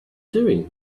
doing